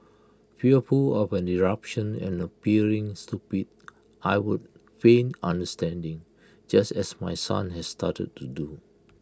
fearful of an eruption and appearing stupid I would feign understanding just as my son has started to do